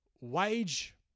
wage